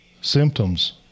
symptoms